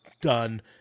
done